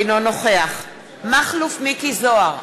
אינו נוכח מכלוף מיקי זוהר,